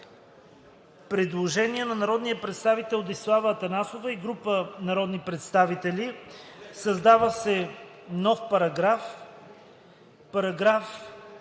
Предложение на народния представител Десислава Атанасова и група народни представители: Създава се нов §....